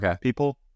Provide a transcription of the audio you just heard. people